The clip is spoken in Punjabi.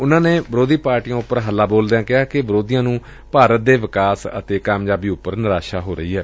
ਉਨੂਾ ਨੇ ਵਿਰੋਧੀ ਪਾਰਟੀਆਂ ਉਪਰ ਹੱਲਾ ਬੋਲਦਿਆਂ ਕਿਹਾ ਕਿ ਵਿਰੋਧੀਆਂ ਨੇ ਭਾਰਤ ਦੇ ਵਿਕਾਸ ਅਤੇ ਕਾਮਯਾਬੀ ਉਪਰ ਨਿਰਾਸ਼ਾ ਹੋਈ ਏ